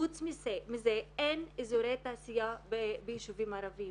חוץ מזה, אין אזורי תעשייה בישובים ערבים.